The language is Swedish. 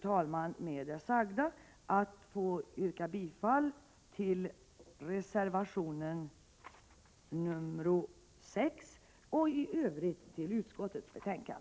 Jag ber med det sagda att få yrka bifall till reservation 6 och i Övrigt till utskottets hemställan.